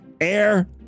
air